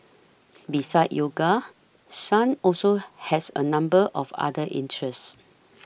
besides yoga Sun also has a number of other interests